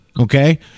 okay